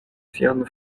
sian